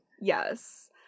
yes